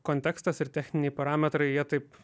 kontekstas ir techniniai parametrai jie taip